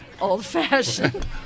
old-fashioned